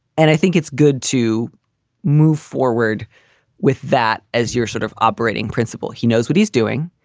and i think it's good to move forward with that as you're sort of operating principle. he knows what he's doing.